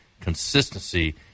consistency